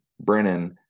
Brennan